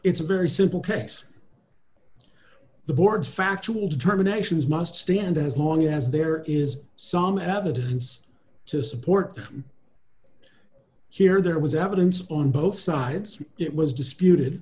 it's a very simple case the board's factual determinations must stand as long as there is some evidence to support here there was evidence on both sides it was disputed